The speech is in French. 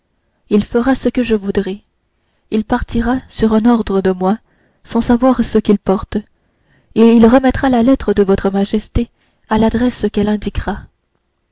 il fera ce que je voudrai il partira sur un ordre de moi sans savoir ce qu'il porte et il remettra la lettre de votre majesté sans même savoir qu'elle est de votre majesté à l'adresse qu'elle indiquera